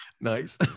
Nice